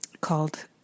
called